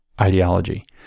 Ideology